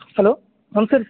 hello ನಮ್ಸ್ಕಾರ ರೀ